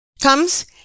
comes